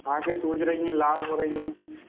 आँखें सूज रही है लाल हो रही है